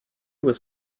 was